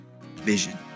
vision